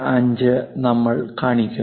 75 നമ്മൾ കാണിക്കുന്നു